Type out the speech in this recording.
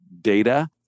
data